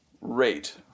rate